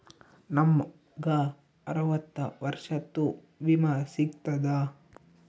ನಮ್ ಗ ಅರವತ್ತ ವರ್ಷಾತು ವಿಮಾ ಸಿಗ್ತದಾ?